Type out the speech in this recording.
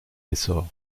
essor